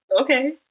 okay